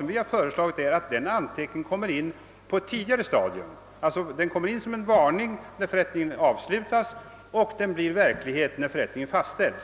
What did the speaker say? Vad vi har föreslagit är att den anteckningen skall gö ras på ett tidigare stadium, såsom en varning när förrättningen är avslutad, men att den blir verklighet först när förrättningen är fastställd.